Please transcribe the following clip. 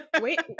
Wait